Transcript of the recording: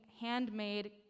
handmade